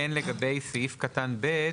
לגבי סעיף קטן (ב)